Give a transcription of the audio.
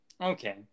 Okay